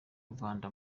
rwanda